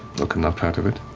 look, i'm not proud of it.